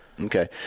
Okay